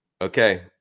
okay